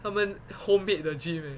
他们 homemade 的 gym eh